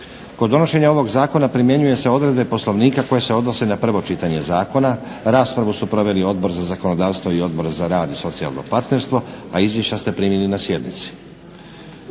Kod donošenja ovog zakona primjenjuju se odredbe Poslovnika koje se odnose na prvo čitanje zakona. Raspravu su proveli Odbor za zakonodavstvo i Odbor za rad i socijalno partnerstvo, a izvješća ste primili na sjednici.